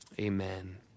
amen